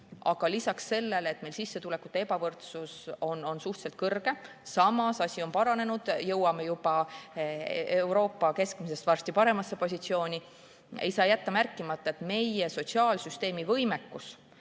Aga lisaks sellele, et meil sissetulekute ebavõrdsus on suhteliselt kõrge – samas, asi on paranenud, jõuame Euroopa keskmiste hulgast varsti juba paremasse positsiooni –, ei saa jätta märkimata, et meie sotsiaalsüsteemi võimekus